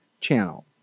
channel